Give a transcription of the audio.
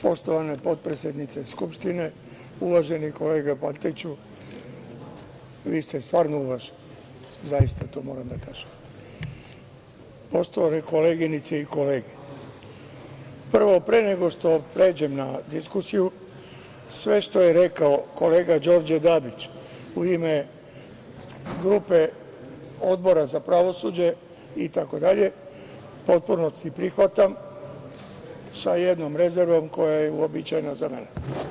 Poštovane potpredsednice Skupštine, uvaženi kolega Pantiću, vi ste stvarno uvaženi, zaista to moram da kažem, poštovane koleginice i kolege, pre nego što pređem na diskusiju, sve što je rekao Đorđe Dabić, u ime grupe Odbora za pravosuđe, u potpunosti prihvatam, sa jednom rezervom, koja je uobičajena za mene.